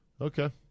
Okay